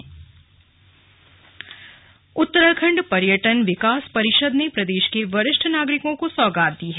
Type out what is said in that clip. slug निशल्क यात्रा उत्तराखंड पर्यटन विकास परिषद ने प्रदेश के वरिष्ठ नागरिकों को सौगात दी है